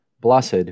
blessed